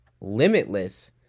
limitless